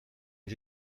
est